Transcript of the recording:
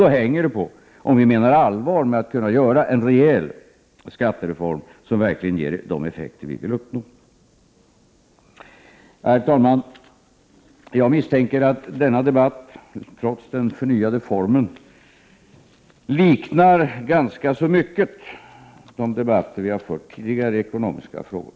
Då hänger det på om vi menar allvar med att genomföra en rejäl skattereform, som verkligen ger de effekter vi vill uppnå. Herr talman! Jag misstänker att denna debatt, trots den förnyade formen, ganska mycket liknar de debatter vi har fört tidigare i ekonomiska frågor.